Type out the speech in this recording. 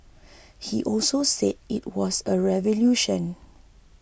he also said it was a revolution